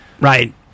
right